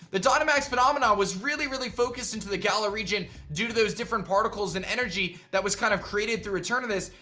the dynamax phenomenon was really, really focused into the galar region due to those different particles and energy that was kind of created through eternatus.